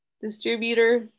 distributor